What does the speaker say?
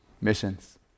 Missions